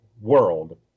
world